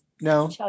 No